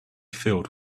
filled